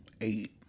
eight